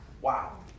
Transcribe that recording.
Wow